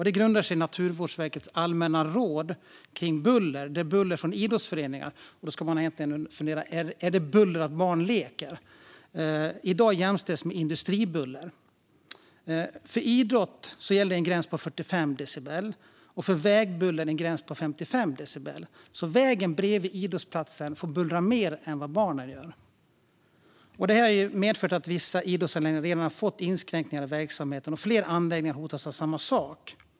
Det grundar sig i Naturvårdsverkets allmänna råd kring buller, där buller från idrottsanläggningar i dag jämställs med industribuller. Då ska man egentligen fundera: Är det buller när barn leker? För idrott gäller en gräns på 45 decibel, för vägbuller en gräns på 55 decibel. Vägen bredvid idrottsplatsen får alltså bullra mer än vad barnen gör. Detta har medfört att vissa idrottsanläggningar redan har fått inskränkningar i verksamheten och att fler anläggningar hotas av samma sak.